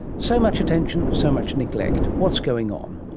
so much attention, so much neglect. what's going on?